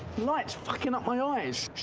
light's fuckin' up my eyes.